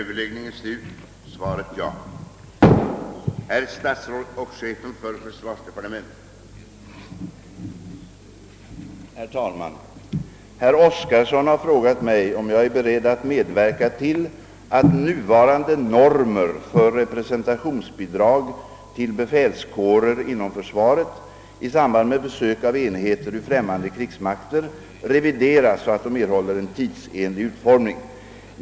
Herr talman! Herr Oskarson har frågat mig om jag är beredd att medverka till att nuvarande normer för representationsbidrag till befälskårer inom försvaret i samband med besök av enheter ur främmande krigsmakter revideras så att de erhåller en tidsenlig utformning.